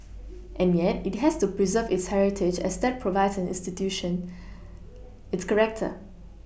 and yet it has to pReserve its heritage as that provides an institution its character